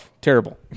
Terrible